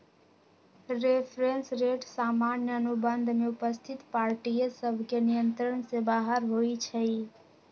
reference rate सामान्य अनुबंध में उपस्थित पार्टिय सभके नियंत्रण से बाहर होइ छइ